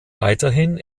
weiterhin